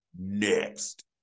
next